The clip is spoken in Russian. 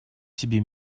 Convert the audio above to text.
тебе